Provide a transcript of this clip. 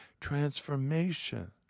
transformation